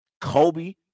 Kobe